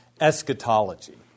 eschatology